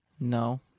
No